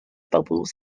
bubbles